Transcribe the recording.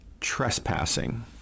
trespassing